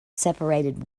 separated